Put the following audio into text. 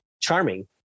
charming